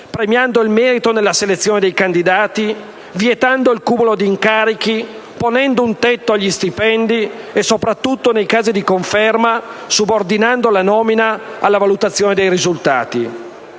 premiando il merito nella selezione dei candidati, vietando il cumulo di incarichi, ponendo un tetto agli stipendi e soprattutto, nei casi di conferma, subordinando la nomina alla valutazione dei risultati.